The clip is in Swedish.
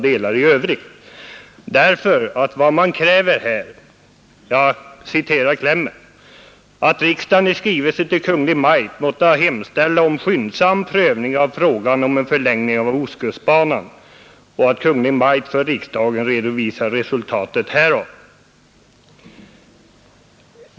Vad motionärerna här kräver — jag citerar nu motionens kläm — är ”att riksdagen i skrivelse till Kungl. Maj:t måtte hemställa om skyndsam prövning av frågan om en förlängning av Ostkustbanan och att Kungl. Maj:t för riksdagen redovisar resultatet härav”.